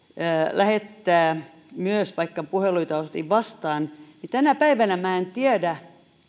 lähettää vaikka puheluita otin vastaan mutta tänä päivänä minä en tiedä